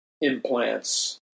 implants